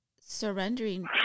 surrendering